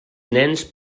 nens